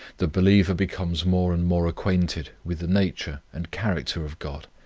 the believer becomes more and more acquainted with the nature and character of god,